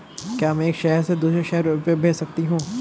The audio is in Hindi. क्या मैं एक शहर से दूसरे शहर रुपये भेज सकती हूँ?